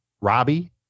Robbie